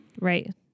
Right